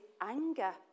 anger